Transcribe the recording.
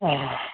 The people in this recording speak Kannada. ಹ್ಞೂ